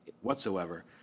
whatsoever